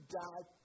died